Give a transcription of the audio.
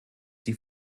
die